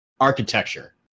architecture